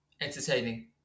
entertaining